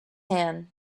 hand